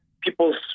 people's